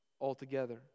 altogether